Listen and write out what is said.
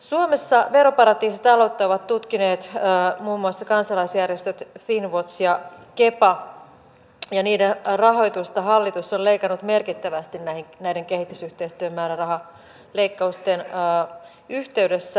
suomessa veroparatiisitaloutta ovat tutkineet muun muassa kansalaisjärjestöt finnwatch ja kepa ja niiden rahoitusta hallitus on leikannut merkittävästi näiden kehitysyhteistyömäärärahaleikkausten yhteydessä